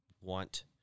want